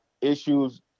issues